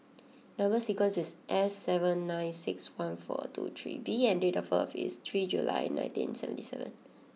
number sequence is S seven nine six one four two three B and date of birth is three July nineteen seventy seven